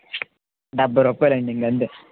డెబ్బై రూపాయలు అండి ఇంక అంతే